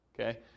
Okay